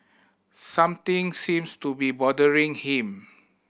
something seems to be bothering him